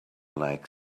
like